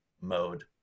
mode